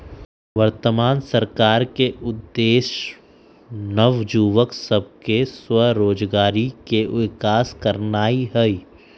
वर्तमान सरकार के उद्देश्य नओ जुबक सभ में स्वरोजगारी के विकास करनाई हई